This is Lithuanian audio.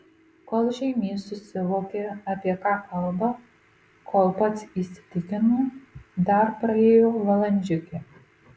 kol žeimys susivokė apie ką kalba kol pats įsitikino dar praėjo valandžiukė